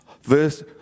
verse